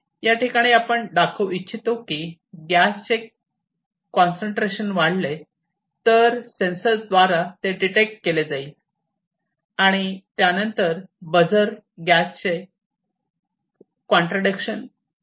याठिकाणी आपण दाखवू इच्छितो की गॅसचे कॉन्सन्ट्रेशन वाढले तर सेंसर द्वारा ते डिटेक्ट केले जाईल आणि त्यानंतर बझर गॅसचे कॉन्सन्ट्रेशन दाखवू शकेल